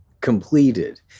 completed